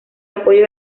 apoyo